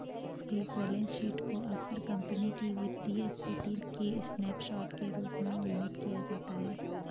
एक balance sheet को अक्सर कंपनी की वित्तीय स्थिति के स्नैपशॉट के रूप में वर्णित किया जाता है